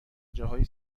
جاهای